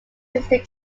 history